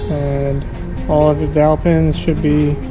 and all of the dowel pins should be